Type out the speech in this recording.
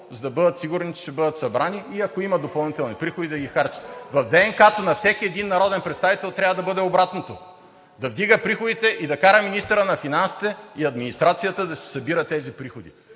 за да бъдат сигурни, че ще бъдат събрани и ако има допълнителни приходи, да ги харчат. В ДНК-то на всеки един народен представител трябва да бъде обратното – да вдига приходите и да кара министърът на финансите и администрацията да си събират тези приходи.